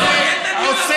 חבר הכנסת, עונש דין מוות.